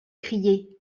crié